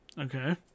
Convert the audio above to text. Okay